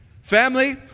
Family